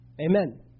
Amen